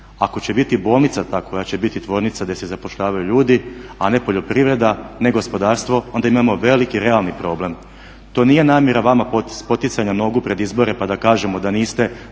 Ako će biti bolnica ta koja će biti tvornica gdje se zapošljavaju ljudi, a ne poljoprivreda, ne gospodarstvo, onda imamo veliki realni problem. To nije namjera vama spoticanja nogu pred izbore pa da kažemo da niste